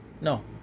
no